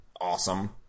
awesome